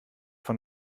von